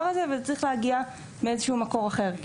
הזה וזה צריך להגיע מאיזשהו מקור אחר.